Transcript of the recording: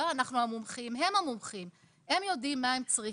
לא אנחנו המומחים אלא הם המומחים והם יודעים מה הם צריכים.